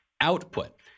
output